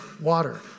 water